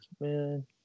man